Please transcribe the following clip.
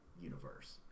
universe